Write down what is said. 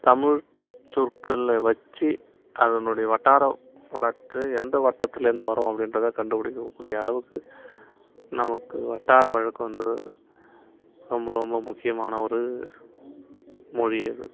தமிழ் சொற்களை வச்சு அதனுடைய வட்டார வழக்கு எந்த வட்டத்துலேருந்து வரோம் அப்படிகின்றத கண்டுபிடிக்கக்கூடிய அளவுக்கு நமக்கு வட்டார வழக்கு வந்து ரொம்ப ரொம்ப முக்கியமான ஒரு மொழி அது